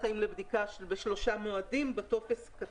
יש פעמים שבהן חקירות אפידמיולוגיות לא מתמצות עד